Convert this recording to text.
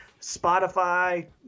spotify